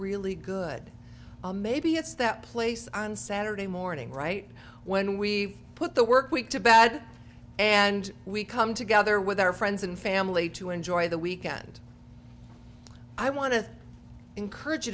really good maybe it's that place on saturday morning right when we put the work week to bad and we come together with our friends and family to enjoy the weekend i want to encourage you